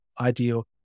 ideal